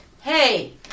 Hey